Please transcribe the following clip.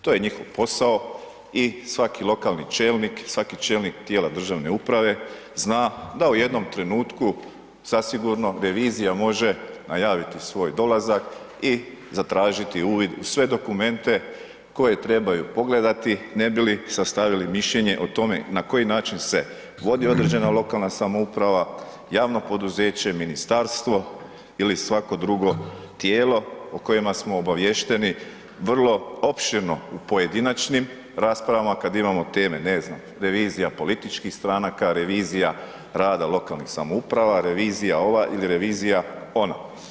To je njihov posao i svaki lokalni čelnik, svaki čelnik tijela državne uprave zna da u jednom trenutku zasigurno revizija može najaviti svoj dolazak i zatražiti uvid u sve dokumente koje trebaju pogledati, ne bi li sastavili mišljenje o tome na koji način se vodi određena lokalna samouprava, javno poduzeće, ministarstvo ili svako drugo tijelo o kojima smo obaviješteni vrlo opširno u pojedinačnim rasprava, kad imamo teme, ne znam, revizija političkih stranaka, revizija rada lokalnih samouprave, revizija ova ili revizija ona.